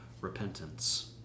repentance